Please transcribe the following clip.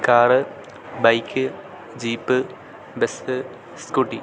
car bike jeep bus scooty